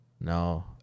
No